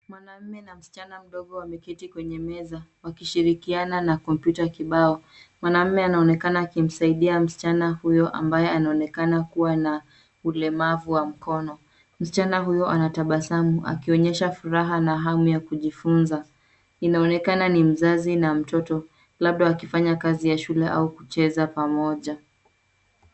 Mwanaume na msichana mdogo wameketi kwenye meza. Wakishirikiana na kompyuta kibao. Mwanaume anaonekana akimsaidia msichana huyo ambaye anaonekana kuwa na ulemavu wa mkono. Msichana huyo anatabasamu. Akionyesha furaha na hamu ya kujifunza. Inaonekana ni mzazi na mtoto, Labda wakifanya kazi ya shule au kucheza pamoja.